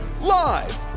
Live